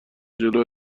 جلو